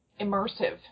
immersive